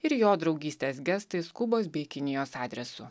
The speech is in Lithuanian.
ir jo draugystės gestais kubos bei kinijos adresu